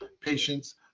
patients